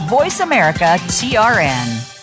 VoiceAmericaTRN